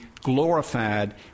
glorified